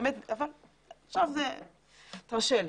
אבל תרשה לי.